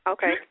Okay